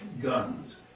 guns